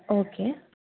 okay